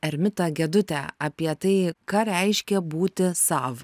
ermitą gedutę apie tai ką reiškia būti sav